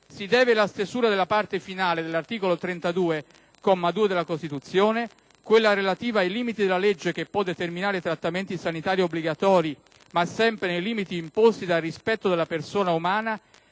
si deve la stesura della parte finale dell'articolo 32, comma 2, della Costituzione, quella relativa ai limiti della legge che può determinare trattamenti sanitari obbligatori ma sempre nei «limiti imposti dal rispetto della persona umana»,